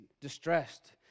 distressed